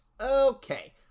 Okay